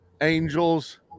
angels